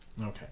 Okay